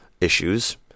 issues